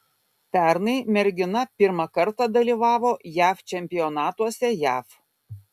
pernai mergina pirmą kartą dalyvavo jav čempionatuose jav